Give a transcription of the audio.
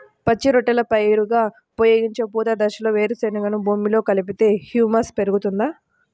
పచ్చి రొట్టెల పైరుగా ఉపయోగించే పూత దశలో వేరుశెనగను భూమిలో కలిపితే హ్యూమస్ పెరుగుతుందా?